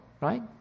Right